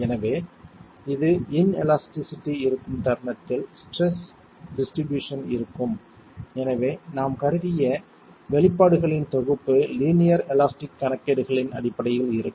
எனவே சில இன்எலாஸ்டிஸிட்டி இருக்கும் தருணத்தில் ஸ்ட்ரெஸ் ரிடிஸ்ட்ரிபியூஷன் இருக்கும் எனவே நாம் கருதிய வெளிப்பாடுகளின் தொகுப்பு லீனியர் எலாஸ்டிக் கணக்கீடுகளின் அடிப்படையில் இருக்கும்